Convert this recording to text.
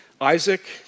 Isaac